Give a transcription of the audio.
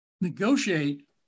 negotiate